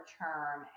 term